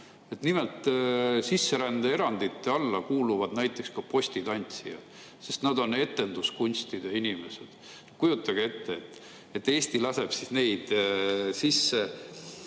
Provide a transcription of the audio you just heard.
Nimelt, sisserände erandite alla kuuluvad näiteks ka postitantsijaid, sest nad on etenduskunstide inimesed. Kujutage ette, et Eesti laseb neid, sellise